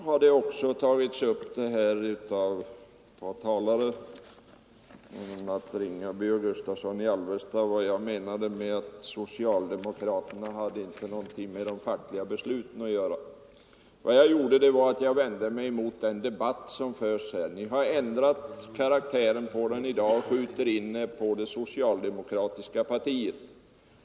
Förbud mot Ett par talare — det var herrar Ringaby och Gustavsson i Alvesta — kollektivanslutning har frågat vad jag menade med att socialdemokraterna inte hade nåtill politiskt parti gonting med de fackliga besluten att göra. Jag vände mig mot det resonemang som förts från ert håll. Ni har ändrat karaktären på inläggen i dag och skjuter in er på det socialdemokratiska partiet.